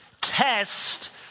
Test